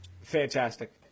Fantastic